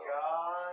God